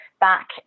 back